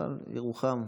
אבל ירוחם,